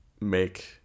make